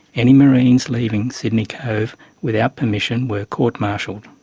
any marines leaving sydney cove without permission were court-martialled.